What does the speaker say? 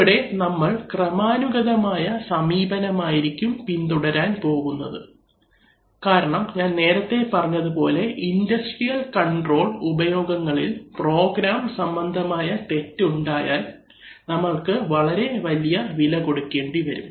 ഇവിടെ നമ്മൾ ക്രമാനുഗതമായ സമീപനമായിരിക്കും പിന്തുടരാൻ പോകുന്നത് കാരണം ഞാൻ നേരത്തെ പറഞ്ഞത് പോലെ ഇൻഡസ്ട്രിയൽ കണ്ട്രോൾ ഉപയോഗങ്ങളിൽ പ്രോഗ്രാം സംബന്ധമായ തെറ്റ് ഉണ്ടായാൽ നമ്മൾക്ക് വളരെ വലിയ വില കൊടുക്കേണ്ടി വരും